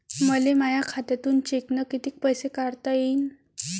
मले माया खात्यातून चेकनं कितीक पैसे काढता येईन?